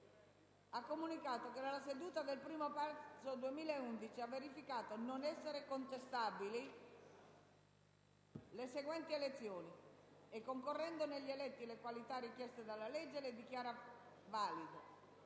ha comunicato che, nella seduta del 1° marzo 2011, ha verificato non essere contestabili le seguenti elezioni e, concorrendo negli eletti le qualità richieste dalla legge, le dichiara valide: